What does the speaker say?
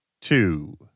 two